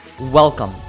Welcome